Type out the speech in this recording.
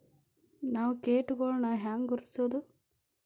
ನಾವ್ ಕೇಟಗೊಳ್ನ ಹ್ಯಾಂಗ್ ಗುರುತಿಸೋದು?